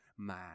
man